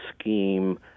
scheme